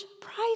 price